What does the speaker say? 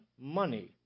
money